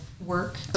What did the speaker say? work